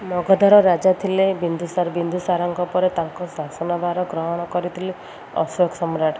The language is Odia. ମଗଧର ରାଜା ଥିଲେ ବିନ୍ଦୁସାର ବିନ୍ଦୁସାରାଙ୍କ ପରେ ତାଙ୍କ ଶାସନଭାର ଗ୍ରହଣ କରିଥିଲେ ଅଶୋକ ସମ୍ରାଟ